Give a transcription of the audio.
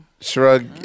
shrug